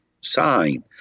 sign